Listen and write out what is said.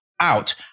out